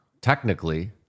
technically